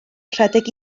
rhedeg